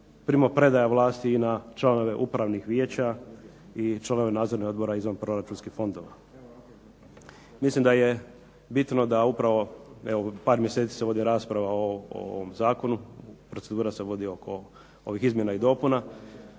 primopredaja vlasti i na članove upravnih vijeća i članove nadzornih odbora izvanproračunskih fondova. Mislim da je bitno da upravo par mjeseci se vodi rasprava o ovome Zakonu, procedura se vodi oko ovih izmjena i dopuna,